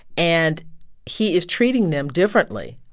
and he is treating them differently